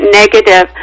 negative